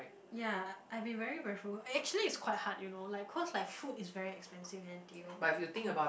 ya I've been very very frugal actually it's quite hard you know like cause like food is very expensive in N_T_U